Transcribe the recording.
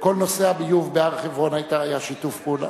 כל נושא הביוב בהר-חברון היה שיתוף פעולה.